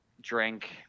drink